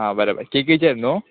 आं बरें बरें केकीचेर न्हू